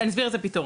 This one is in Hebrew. אני אסביר את הפתרון,